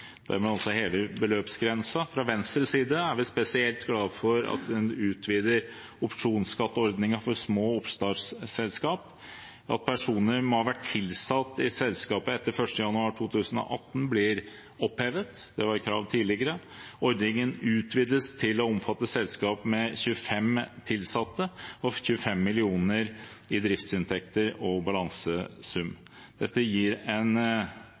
Fra Venstres side er vi spesielt glad for at man utvider opsjonsskatteordningen for små oppstartsselskaper, og at vilkåret om at personer må ha vært tilsatt i selskapet etter 1. januar 2018, blir opphevet. Det var et krav tidligere. Ordningen utvides til å omfatte selskaper med 25 tilsatte og 25 mill. kr i driftsinntekter og balansesum. Dette gir en